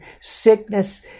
sickness